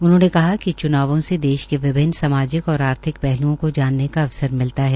उन्होंने कहा कि च्नावों से देश के विभन्न सामाजिक और आर्थिक पहल्ओं को जानने का अवसर मिलता है